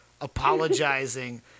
apologizing